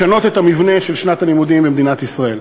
לשנות את המבנה של שנת הלימודים במדינת ישראל.